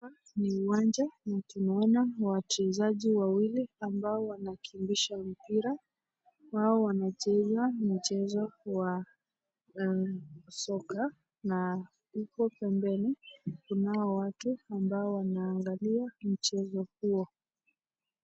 Hapa ni uwanja na tunaona wachezaji wawili wanaokimbisha mpira wao wanacheza mpira wa soka na huko pembeni watu ni kama wanaangalia mchezo huo.